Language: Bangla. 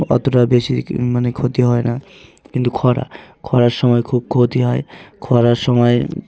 অতটা বেশি মানে ক্ষতি হয় না কিন্তু খরা খরার সময় খুব ক্ষতি হয় খরার সময়